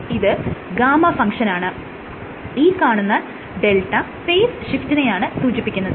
ഇത് γ ഫങ്ഷനാണ് ഈ കാണുന്ന δ ഫേസ് ഷിഫ്റ്റിനെയാണ് സൂചിപ്പിക്കുന്നത്